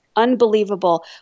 unbelievable